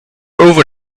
over